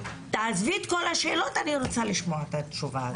עזבי את כל השאלות, אני רוצה לשמוע את התשובה הזו.